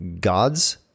God's